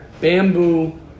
bamboo